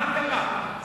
מה קרה?